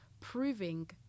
proving